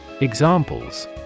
Examples